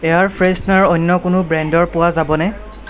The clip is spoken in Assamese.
এয়াৰ ফ্ৰেছনাৰ অন্য কোনো ব্ৰেণ্ডৰ পোৱা যাবনে